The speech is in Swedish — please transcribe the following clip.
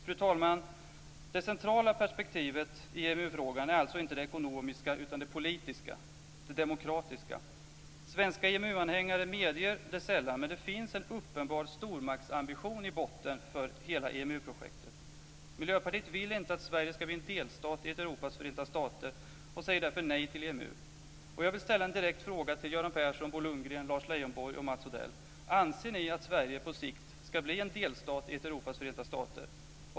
Fru talman! Det centrala perspektivet i EMU frågan är alltså inte det ekonomiska utan det politiska, det demokratiska. Svenska EMU-anhängare medger det sällan, men det finns en uppenbar stormaktsambition i botten för hela EMU-projektet. Miljöpartiet vill inte att Sverige ska bli en delstat i ett Europas förenta stater och säger därför nej till EMU. Bo Lundgren, Lars Leijonborg och Mats Odell. Anser ni att Sverige på sikt ska bli en delstat i ett Europas förenta stater?